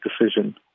decision